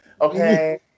Okay